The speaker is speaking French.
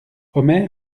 omer